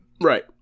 Right